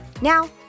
Now